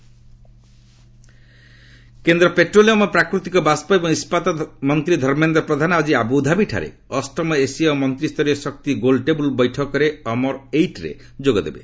UAE ପ୍ରଧାନ କେନ୍ଦ୍ର petroleum ଓ ପ୍ରାକୃତିକ ବାଷ୍ପ ଏବଂ ଇସ୍କାତ ମନ୍ତ୍ରୀ ଧର୍ମେନ୍ଦ୍ର ପ୍ରଧାନ ଆଜି ଆବୁଧାବିଠାରେ ଅଷ୍ଟମ ଏସୀୟ ମନ୍ତ୍ରୀୟରୀୟ ଶକ୍ତି ଗୋଲ୍ ଟେବ୍ଲ୍ ବୈଠକ ଅମର ଏଇଟ୍ରେ ଯୋଗଦେବେ